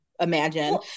imagine